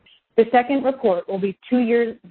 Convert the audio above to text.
the second report will be two years,